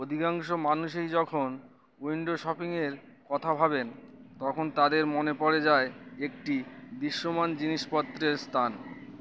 অধিকাংশ মানুষই যখন উইন্ডো শপিংয়ের কথা ভাবেন তখন তাদের মনে পড়ে যায় একটি দৃশ্যমান জিনিসপত্রের স্থান